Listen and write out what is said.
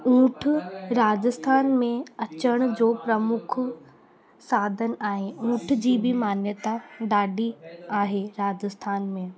ऊठ राजस्थान में अचण जो प्रमुख साधन आहे ऊठ जी बि मान्यता ॾाढी आहे राजस्थान में